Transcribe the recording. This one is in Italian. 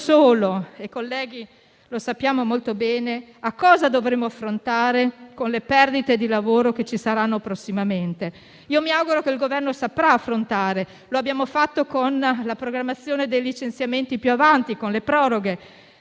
i colleghi lo sanno molto bene - a quello che dovremo affrontare con le perdite di lavoro che ci saranno prossimamente: mi auguro che il Governo saprà affrontare tutto questo. Finora lo abbiamo fatto con la programmazione dei licenziamenti più avanti e con le proroghe,